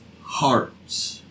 hearts